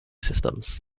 systems